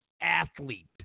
athlete